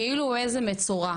כאילו הוא איזה מצורע.